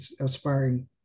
aspiring